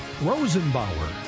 Rosenbauer